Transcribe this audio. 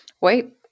wait